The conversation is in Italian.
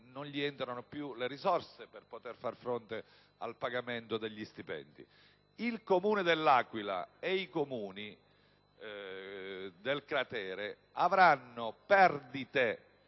non entrano più le risorse per far fronte al pagamento degli stipendi. Il Comune dell'Aquila e i vari Comuni del cratere avranno perdite,